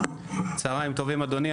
צוהריים טובים אדוני.